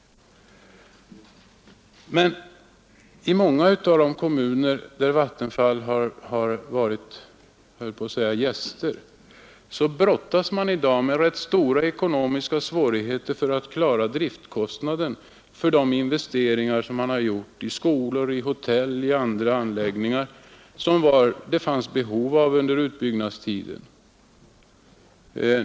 Men i många av de kommuner där Vattenfall har varit gäst — höll jag på att säga — brottas man i dag med rätt stora ekonomiska svårigheter för att klara driftkostnaden för de investeringar som man gjort i skolor, hotell och andra anläggningar som det fanns behov av under utbyggnadstiden.